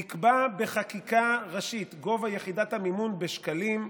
נקבע בחקיקה ראשית גובה יחידת המימון בשקלים,